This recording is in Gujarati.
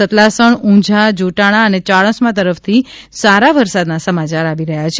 સતલાસણા ઉંઝા જોટાણા અને ચાણસ્મા તરફથી સારા વરસાદના સમાચાર આવી રહ્યા છે